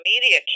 media